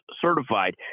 certified